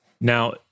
Now